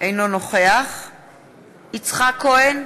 אינו נוכח יצחק כהן,